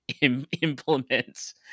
implements